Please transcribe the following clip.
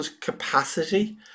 capacity